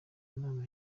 nama